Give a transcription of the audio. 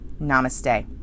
namaste